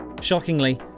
Shockingly